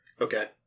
Okay